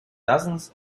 dozens